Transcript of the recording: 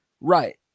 Right